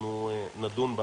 אנחנו נדון בה